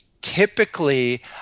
typically